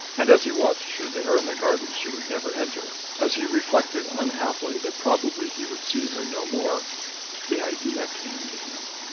and as he watched her there in the garden she would never enter, as he reflected unhappily that probably he would see her no more the idea came to him.